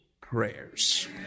prayers